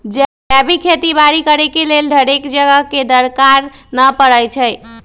जैविक खेती बाड़ी करेके लेल ढेरेक जगह के दरकार न पड़इ छइ